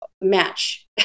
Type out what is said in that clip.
match